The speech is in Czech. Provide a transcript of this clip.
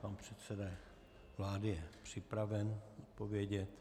Pan předseda vlády je připraven odpovědět.